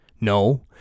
No